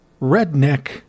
redneck